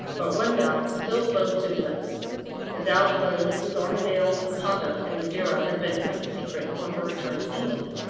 but one doubt still closed his lips the doubt whether mrs. armadale's conduct in madeira had been kept secret on her return to england.